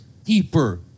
Keeper